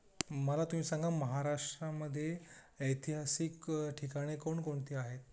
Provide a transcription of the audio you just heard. मला तुम्ही सांगा महाराष्ट्रामध्ये ऐतिहासिक ठिकाणे कोणकोणती आहेत